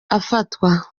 arafatwa